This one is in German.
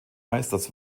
meisters